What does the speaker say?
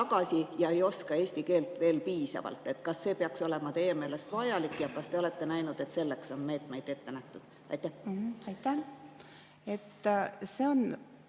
tagasi ja ei oska eesti keelt veel piisavalt. Kas see peaks olema teie meelest vajalik? Ja kas te olete näinud, et selleks on meetmeid ette nähtud? Aitäh! See on